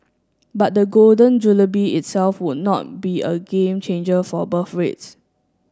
but the Golden itself would not be a game changer for birth rates